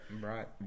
Right